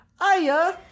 Aya